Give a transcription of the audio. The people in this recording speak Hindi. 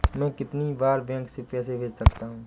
मैं कितनी बार बैंक से पैसे भेज सकता हूँ?